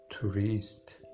Tourist